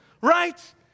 right